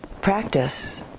practice